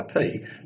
IP